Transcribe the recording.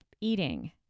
eating